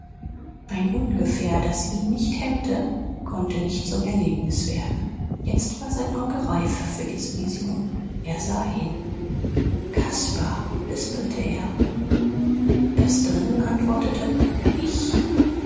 ein ungefähr das ihn nicht hemmte konnte nicht zum erlebnis werden jetzt war sein auge reif für diese vision er sah hin caspar lispelte er das drinnen antwortete ich